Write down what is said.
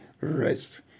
rest